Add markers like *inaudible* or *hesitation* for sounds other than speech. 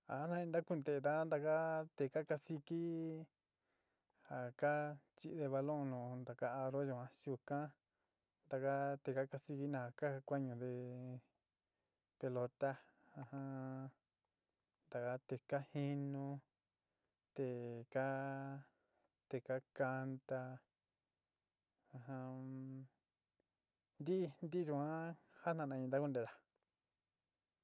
Ja janna nta'a ku ntee nta'a taka teé ka kasiki ja ka chíde balon nu ntaka aro yuan yuka taka teé kakasiki na'aja ka ku kuañude pelota *hesitation* taka teé ka jinu te ka te ka kanta *hesitation* ntí ntí yuan jantnana ndakuntlaa.